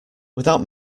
without